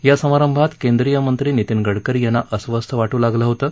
या समारंभात केंद्रीय मंत्री नितीन गडकरी यांना अस्वस्थ वाटू लागलं होतं